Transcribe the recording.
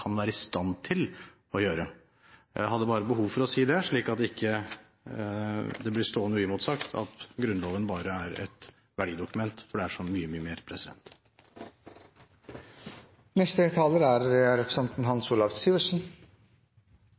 kan være i stand til å vedta. Jeg hadde bare behov for å si det, slik at det ikke ble stående uimotsagt at Grunnloven bare er et verdidokument, for det er så mye, mye mer. Representanten Hans Olav